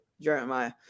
Jeremiah